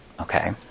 Okay